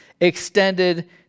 extended